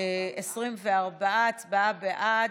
24 הצביעו בעד.